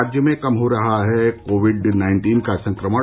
राज्य में कम हो रहा है कोविड नाइन्टीन का संक्रमण